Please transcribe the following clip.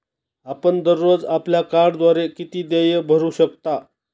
आपण दररोज आपल्या कार्डद्वारे किती देय भरू शकता?